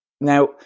Now